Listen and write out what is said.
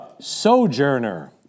sojourner